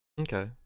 Okay